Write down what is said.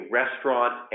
restaurant